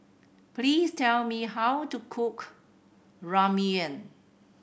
please tell me how to cook Ramyeon